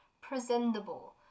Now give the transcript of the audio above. presentable